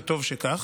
וטוב שכך.